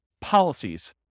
policies